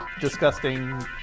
disgusting